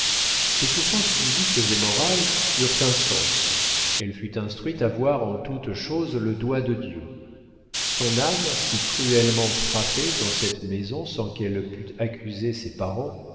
ses souffrances physiques et morales eurent un sens elle fut instruite à voir en toute chose le doigt de dieu son âme si cruellement frappée dans cette maison sans qu'elle pût accuser ses parents